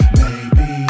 baby